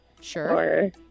Sure